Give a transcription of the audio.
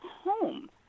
home